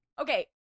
okay